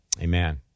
Amen